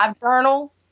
Journal